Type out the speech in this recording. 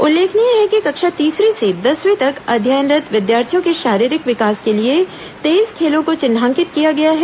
उल्लेखनीय है कि कक्षा तीसरी से दसवीं तक अध्ययनरत विद्यार्थियों के शारीरिक विकास के लिए तेईस खेलों को चिन्हांकित किया गया है